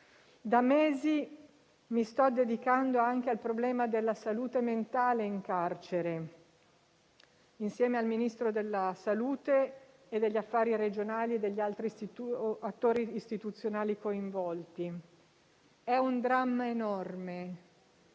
Da mesi mi sto dedicando anche al problema della salute mentale in carcere, insieme ai Ministri della salute e per gli affari regionali e agli altri attori istituzionali coinvolti. È un dramma davvero